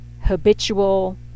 habitual